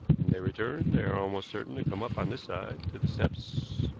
when they return they are almost certain to come up on this side to the steps,